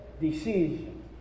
decision